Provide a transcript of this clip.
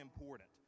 important